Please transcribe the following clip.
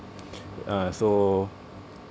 uh so